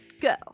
go